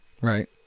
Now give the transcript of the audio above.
right